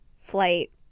flight